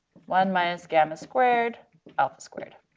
one minus gamma squared alpha squared,